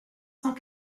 cent